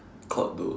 caught though